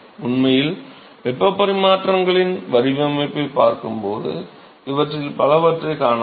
உண்மையில் வெப்பப் பரிமாற்றங்களின் வடிவமைப்பைப் பார்க்கும்போது இவற்றில் பலவற்றைக் காண்போம்